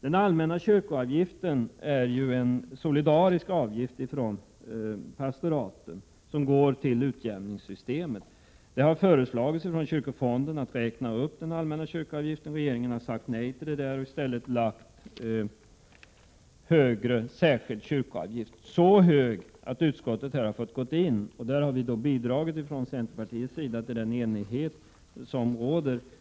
Den allmänna kyrkoavgiften är ju en solidarisk avgift från pastoratets sida till utjämningssystemet. Det har föreslagits av kyrkofonden att den allmänna kyrkoavgiften 83 skall räknas upp. Regeringen har sagt nej och i stället fastställt en högre särskild kyrkoavgift. Ja, avgiften är så hög att utskottet har fått gå in här. Vi i centerpartiet har bidragit till den enighet som nu råder i detta sammanhang.